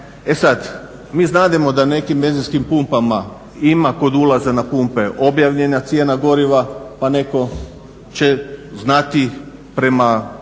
E sada, mi znademo da na nekim benzinskim pumpama ima kod ulaza na pumpe objavljena cijena goriva pa netko će znati prema